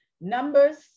Numbers